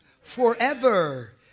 forever